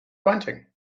bunting